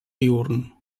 diürn